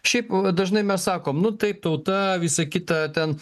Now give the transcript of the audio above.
šiaip dažnai mes sakom nu taip tauta visa kita ten